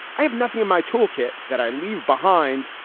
i have nothing in my toolkit that i leave behind.